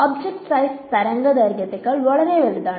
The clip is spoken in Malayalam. ഒബ്ജക്റ്റ് സൈസ് തരംഗദൈർഘ്യത്തേക്കാൾ വളരെ വലുതാണ്